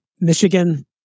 Michigan